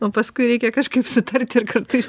o paskui reikia kažkaip sutarti ir kartu iš